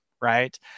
right